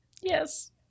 Yes